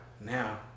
Now